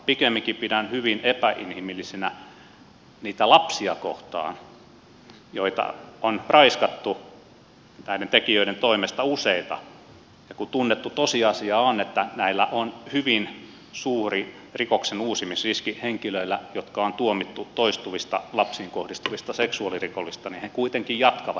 pikemminkin pidän tätä hyvin epäinhimillisenä niitä lapsia kohtaan joita on raiskattu näiden tekijöiden toimesta useita kun tunnettu tosiasia on että näillä henkilöillä on hyvin suuri rikoksen uusimisriski jotka on tuomittu toistuvista lapsiin kohdistuvista seksuaalirikoksista he kuitenkin jatkavat sitä tekoaan